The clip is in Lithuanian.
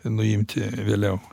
nuimti vėliau